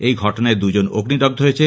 এই ঘটনায় দুজন অগ্নিদগ্ধ হয়েছেন